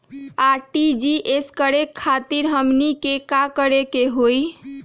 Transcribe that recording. RTGS करे खातीर हमनी के का करे के हो ई?